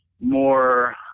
more